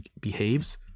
behaves